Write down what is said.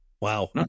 wow